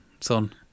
son